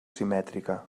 simètrica